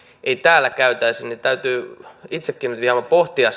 ei täällä käytäisi niin täytyy itsekin nyt hieman pohtia